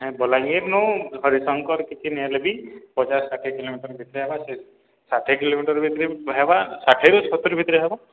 ବଲାଙ୍ଗୀର୍ନୁ ହରିଶଙ୍କର୍ କିଛି ନେଇ ହେଲେ ବି ପଚାଶ୍ ଷାଠେ କିଲୋମିଟର୍ ଭିତ୍ରେ ହେବା ସେ ଷାଠେ କିଲୋମିଟର୍ ଭିତ୍ରେ ହେବା ଷାଠେରୁ ସତୁର୍ ଭିତ୍ରେ ହେବା